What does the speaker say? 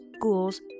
ghouls